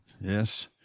Yes